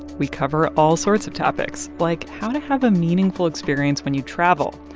we cover all sorts of topics, like how to have a meaningful experience when you travel.